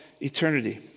eternity